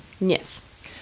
Yes